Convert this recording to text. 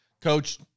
Coach